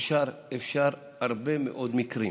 אפשר, אפשר, בהרבה מאוד מקרים